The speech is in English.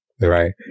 right